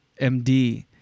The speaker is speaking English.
MD